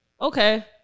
okay